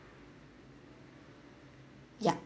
ya